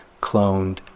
cloned